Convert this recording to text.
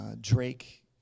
Drake